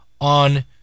on